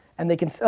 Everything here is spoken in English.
and they can, so